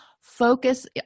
Focus